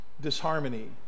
disharmony